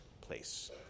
place